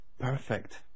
perfect